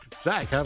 Zach